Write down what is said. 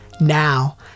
Now